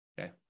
okay